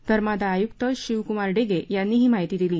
धर्मादाय आयुक्त शिवकुमार डिगे यांनी ही माहिती दिली